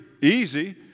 easy